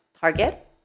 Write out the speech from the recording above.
Target